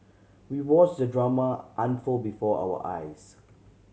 we watched the drama unfold before our eyes